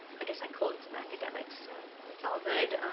i guess i quote some academics, so, that's all good.